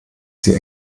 sie